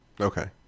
Okay